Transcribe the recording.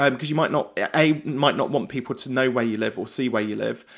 um because you might not, a, might not want people to know where you live or see where you live.